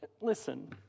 Listen